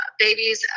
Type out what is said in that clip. babies